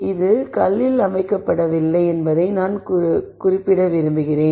இது கல்லில் அமைக்கப்படவில்லை என்பதை நான் குறிப்பிட விரும்புகிறேன்